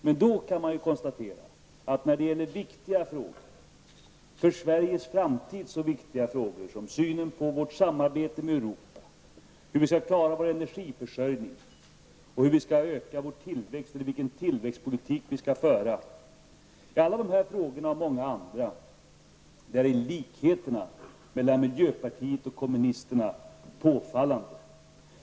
Man kan konstatera att när det gäller viktiga frågor -- för Sveriges framtid så viktiga frågor som synen på vårt samarbete med Europa, hur vi skall klara vår energiförsörjning och hur vi skall öka vår tillväxt eller vilken tillväxtpolitik vi skall föra -- är likheterna mellan miljöpartiet och kommunisterna påfallande. Det gäller alla dessa frågor och många andra.